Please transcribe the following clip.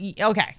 okay